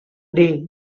day